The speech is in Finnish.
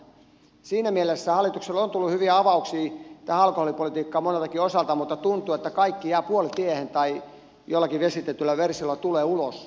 siinä mielessä hallitukselle on tullut hyviä avauksia tähän alkoholipolitiikkaan moneltakin osalta mutta tuntuu että kaikki jäävät puolitiehen tai jonakin vesitettynä versiona tulevat ulos